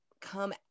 come